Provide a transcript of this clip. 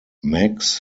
max